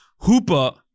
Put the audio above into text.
Hoopa